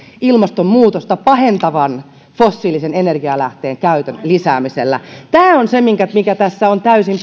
ilmastonmuutosta pahentavan fossiilisen energianlähteen käytön lisäämisellä tämä on se mikä tässä on täysin